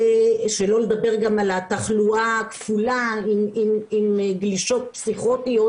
שלא לדבר גם על התחלואה הכפולה עם גלישות פסיכוטיות,